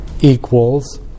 equals